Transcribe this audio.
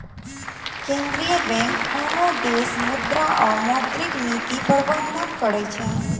केंद्रीय बैंक कोनो देशक मुद्रा और मौद्रिक नीतिक प्रबंधन करै छै